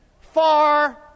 Far